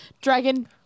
dragon